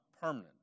permanent